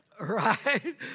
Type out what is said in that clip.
Right